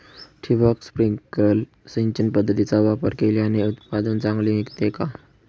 ठिबक, स्प्रिंकल सिंचन पद्धतीचा वापर केल्याने उत्पादन चांगले निघते का?